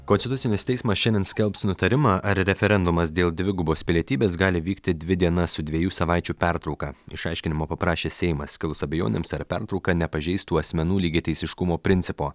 konstitucinis teismas šiandien skelbs nutarimą ar referendumas dėl dvigubos pilietybės gali vykti dvi dienas su dviejų savaičių pertrauka išaiškinimo paprašė seimas kilus abejonėms ar pertrauka nepažeistų asmenų lygiateisiškumo principo